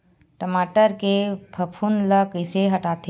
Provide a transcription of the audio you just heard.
टमाटर के फफूंद ल कइसे हटाथे?